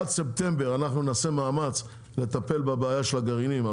עד ספטמבר אנחנו נעשה מאמץ לטפל בבעיה של הגרעינים,